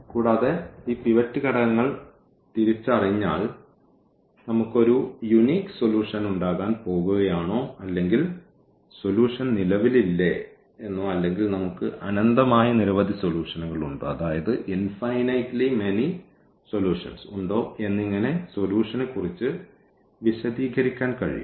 കൂടാതെ ഈ പിവറ്റ് ഘടകങ്ങൾ തിരിച്ചറിഞ്ഞാൽ നമുക്ക് ഒരു യൂനിക് സൊല്യൂഷനുണ്ടാകാൻ പോകുകയാണോ അല്ലെങ്കിൽ സൊല്യൂഷൻ നിലവിലില്ലേ എന്നോ അല്ലെങ്കിൽ നമുക്ക് അനന്തമായ നിരവധി സൊല്യൂഷനുകൾ ഉണ്ടോ എന്നിങ്ങനെ സൊല്യൂഷനെക്കുറിച്ച് വിശദീകരിക്കാൻ കഴിയും